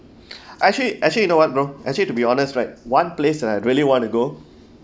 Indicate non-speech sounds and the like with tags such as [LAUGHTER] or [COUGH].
[BREATH] actually actually you know what bro actually to be honest right one place I really want to go [BREATH]